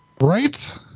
Right